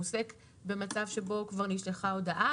הוא עוסק במצב שבו כבר נשלחה הודעה,